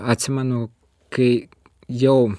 atsimenu kai jau